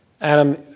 Adam